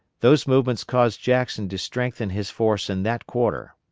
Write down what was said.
those movements caused jackson to strengthen his force in that quarter.